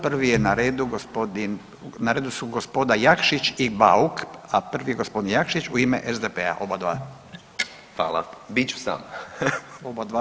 Prvi je na redu, na redu su gospoda Jakšić i Bauk, a prvi je gospodin Jakšić u ime SDP-a oba dva.